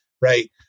right